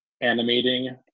animating